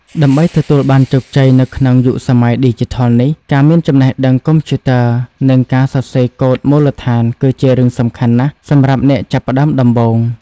ដើម្បីទទួលបានជោគជ័យនៅក្នុងយុគសម័យឌីជីថលនេះ ការមានចំណេះដឹងកុំព្យូទ័រ និងការសរសេរកូដមូលដ្ឋានគឺជារឿងសំខាន់ណាស់សម្រាប់អ្នកចាប់ផ្តើមដំបូង។